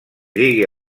digui